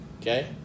Okay